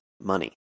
money